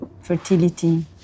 fertility